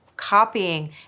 copying